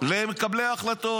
למקבלי ההחלטות.